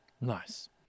Nice